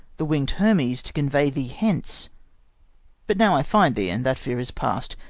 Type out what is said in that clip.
the winged hermes, to convey thee hence but now i find thee, and that fear is past,